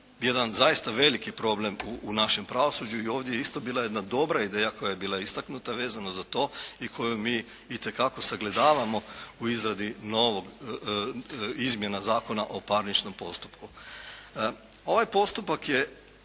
jedan zaista veliki problem u našem pravosuđu. I ovdje isto bila je jedna dobra ideja koja je bila istaknuta vezano za to i koju mi itekako sagledavamo u izradi novog izmjena Zakona o parničnom postupku. Ovaj postupak je